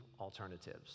alternatives